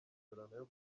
amasezerano